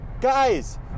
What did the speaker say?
guys